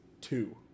two